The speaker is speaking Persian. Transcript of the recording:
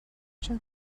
شده